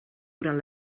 durant